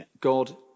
God